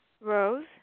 Rose